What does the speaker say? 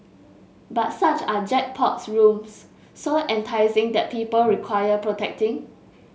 but such are jackpot rooms so enticing that people require protecting